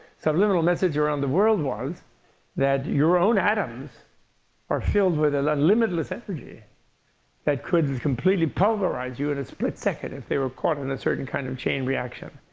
subliminal message around the world was that your own atoms are filled with limitless energy that could completely pulverize you in a split second if they were caught in a certain kind of chain reaction.